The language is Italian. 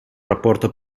rapporto